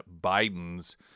Biden's